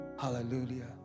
Hallelujah